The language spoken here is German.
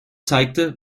zeigte